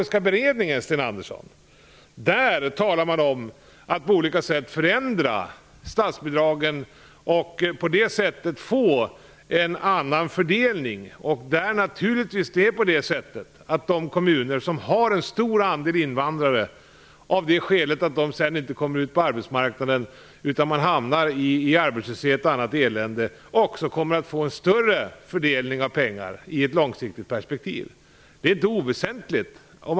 Sten Andersson, talar man om att på olika sätt förändra statsbidragen och på det sättet få en annorlunda fördelning. Naturligtvis kommer de kommuner som har en stor andel invandrare, vilka inte kommer ut på arbetsmarknaden utan hamnar i arbetslöshet och annat elände, också att få en större tilldelning av pengar i ett lagstiftningsperspektiv. Det är inte oväsentligt.